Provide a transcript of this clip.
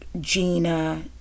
Gina